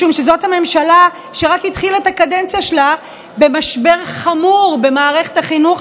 משום שזאת הממשלה שרק התחילה את הקדנציה שלה במשבר חמור במערכת החינוך,